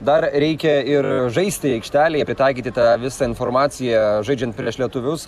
dar reikia ir žaisti aikštelėj pritaikyti tą visą informaciją žaidžiant prieš lietuvius